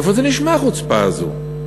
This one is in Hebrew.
איפה זה נשמע, החוצפה הזאת?